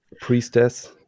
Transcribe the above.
priestess